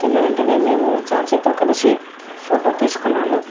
తిన్న వెంటనే మేము ఝాన్సీతో కలిసి ఫోటో తీసుకున్నాము